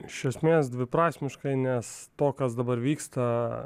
iš esmės dviprasmiškai nes to kas dabar vyksta